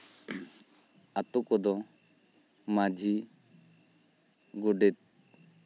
ᱟᱛᱳ ᱠᱚᱫᱚ ᱢᱟᱹᱡᱷᱤ ᱜᱚᱰᱮᱛ